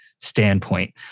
standpoint